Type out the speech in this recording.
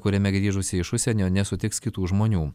kuriame grįžusieji iš užsienio nesutiks kitų žmonių